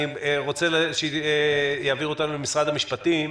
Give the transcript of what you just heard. אני רוצה שנעבור למשרד המשפטים,